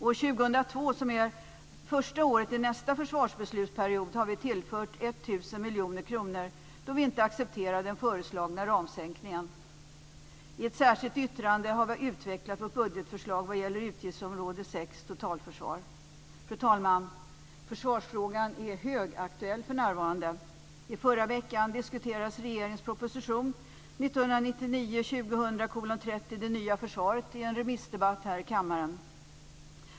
År 2002, som är första året i nästa försvarsbeslutsperiod, har vi tillfört 1 000 miljoner kronor då vi inte accepterar den föreslagna ramsänkningen. I ett särskilt yttrande har vi utvecklat vårt budgetförslag vad gäller utgiftsområde 6 Totalförsvar. Fru talman! Försvarsfrågan är högaktuell för närvarande. I förra veckan diskuterades regeringens proposition 1999/2000:30, Det nya försvaret, i en remissdebatt här i kammaren.